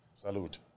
Salute